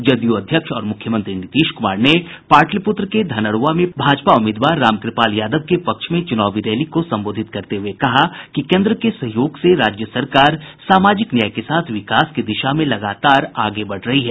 जदयू अध्यक्ष और मुख्यमंत्री नीतीश कुमार ने पाटलिपुत्र के धनरूआ में भाजपा उम्मीदवार रामकुपाल यादव के पक्ष में चुनावी रैली को संबोधित करते हुये कहा कि कोन्द्र के सहयोग से राज्य सरकार सामाजिक न्याय के साथ विकास की दिशा में लगातार आगे बढ़ रही है